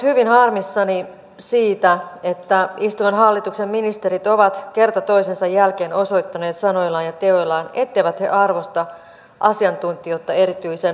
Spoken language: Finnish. valtioneuvosto on ottanut selvän kannan tätä ampuma asedirektiiviä vastaan ja samoin eduskunnassa puolustusvaliokunta ja hallintovaliokunta ovat ottaneet rakentavat kannat näihin